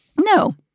No